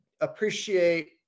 Appreciate